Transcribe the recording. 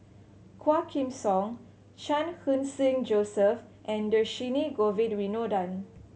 Quah Kim Song Chan Khun Sing Joseph and Dhershini Govin Winodan